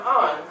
on